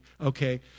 okay